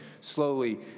slowly